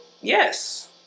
Yes